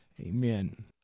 Amen